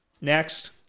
next